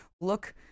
Look